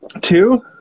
Two